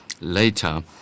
later